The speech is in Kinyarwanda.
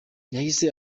yahise